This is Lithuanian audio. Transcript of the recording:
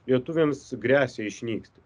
lietuviams gresia išnykti